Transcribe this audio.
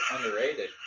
underrated